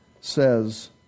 says